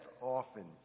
often